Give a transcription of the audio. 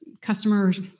customers